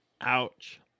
Ouch